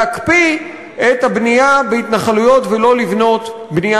להקפיא את הבנייה בהתנחלויות ולא לבנות בנייה